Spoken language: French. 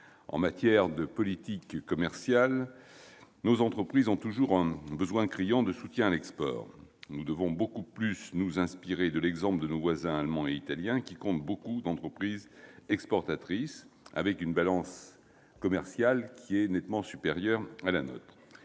En matière de politique commerciale, nos entreprises ont toujours un besoin criant de soutien à l'export. Nous devons beaucoup plus nous inspirer de l'exemple de nos voisins allemand et italien, qui comptent de nombreuses entreprises exportatrices, avec une balance commerciale nettement plus positive que la nôtre.